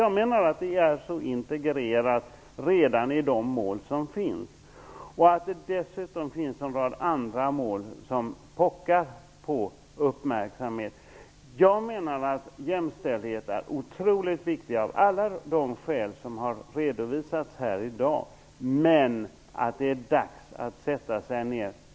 Jag menar att detta redan är integrerat i de mål som finns och att det dessutom finns en rad andra mål som pockar på uppmärksamhet. Jag anser att jämställdhet är otroligt viktigt, av alla de skäl som har redovisats här i dag.